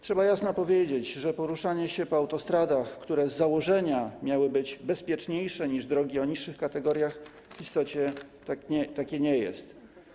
Trzeba jasno powiedzieć, że poruszanie się po autostradach, które z założenia miały być bezpieczniejsze niż drogi o niższych kategoriach, w istocie takie nie jest.